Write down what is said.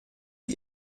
sie